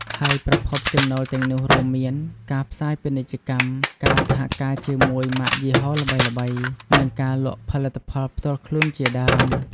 ហើយប្រភពចំណូលទាំងនោះរួមមាន ការផ្សាយពាណិជ្ជកម្ម ការសហការជាមួយម៉ាកយីហោល្បីៗ និងការលក់ផលិតផលផ្ទាល់ខ្លួនជាដើម។